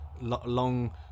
long